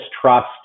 trust